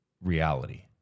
reality